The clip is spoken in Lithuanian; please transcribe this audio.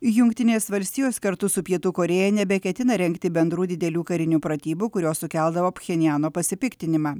jungtinės valstijos kartu su pietų korėja nebeketina rengti bendrų didelių karinių pratybų kurios sukeldavo pchenjano pasipiktinimą